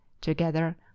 together